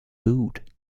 boot